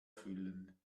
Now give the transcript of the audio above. füllen